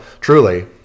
truly